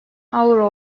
avro